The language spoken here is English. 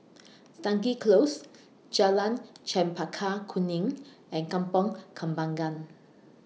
Stangee Close Jalan Chempaka Kuning and Kampong Kembangan